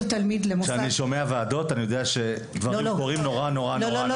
כשאני שומע ועדות, אני יודע שדברים קורים לאט.